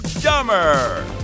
dumber